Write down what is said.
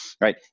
right